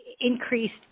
increased